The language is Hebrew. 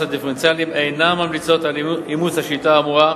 הדיפרנציאליים אינן ממליצות על אימוץ השיטה האמורה,